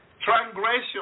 Transgression